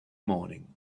morning